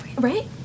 Right